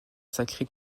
sacré